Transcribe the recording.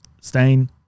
Stain